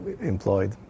employed